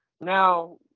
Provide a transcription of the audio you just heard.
now